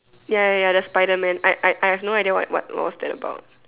ya ya ya the spiderman I I I have no idea what what it was that about